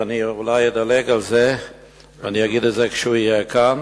ואני אולי אדלג על זה ואני אגיד את זה כשהוא יהיה כאן,